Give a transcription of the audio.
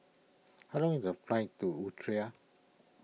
how long is the flight to Eritrea